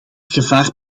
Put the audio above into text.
gevaar